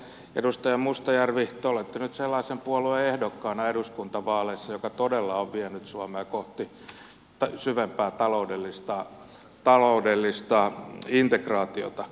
edustaja mustajärvi te olette nyt sellaisen puolueen ehdokkaana eduskuntavaaleissa joka todella on vienyt suomea kohti syvempää taloudellista integraatiota